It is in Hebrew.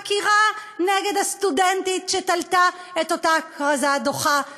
חקירה נגד הסטודנטית שתלתה את אותה כרזה דוחה ומיותרת.